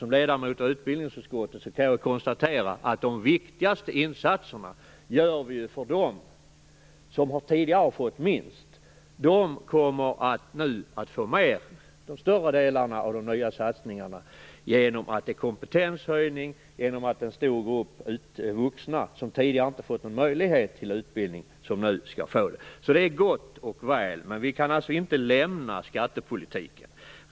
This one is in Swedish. Som ledamot i utbildningsutskottet kan jag konstatera att de viktigaste insatserna görs för dem som tidigare har fått minst. De kommer nu att få de större delarna av de nya satsningarna genom kompetenshöjning. Det är en stor grupp vuxna som tidigare inte har fått någon möjlighet till utbildning som nu skall få det. Det är gott och väl, men vi kan inte lämna skattepolitiken.